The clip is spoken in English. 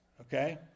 Okay